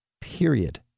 Period